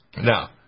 Now